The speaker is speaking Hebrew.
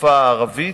בשפה הערבית,